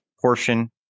portion